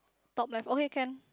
top left okay can